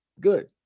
good